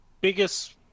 biggest